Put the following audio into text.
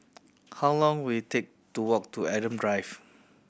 how long will it take to walk to Adam Drive